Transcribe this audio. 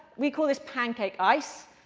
we call this pancake ice.